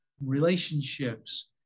relationships